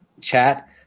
chat